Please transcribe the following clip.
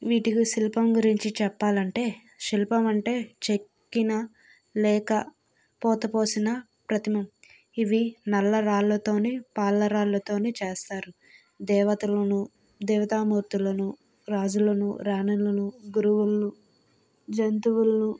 వీటి శిల్పం గురించి చెప్పాలంటే శిల్పం అంటే చెక్కిన లేక పోత పోసిన ప్రతిమ ఇవి నల్ల రాళ్లతోని పాలరాళ్ల తోని చేస్తారు దేవతలను దేవతా మూర్తులను రాజులను రాణులను గురువులను జంతువులను